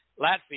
Latvia